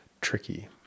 tricky